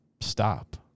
stop